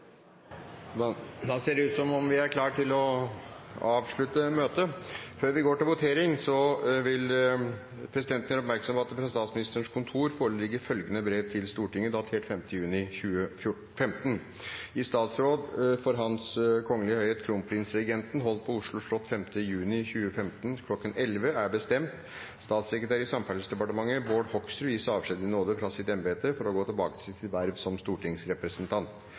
Da ser det ut som om vi er klar til å avslutte møtet. Før vi går til votering, vil presidenten gjøre oppmerksom på at det fra Statsministerens kontor foreligger følgende brev til Stortinget, datert 5. juni 2015: Under debatten er det satt fram i